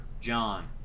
John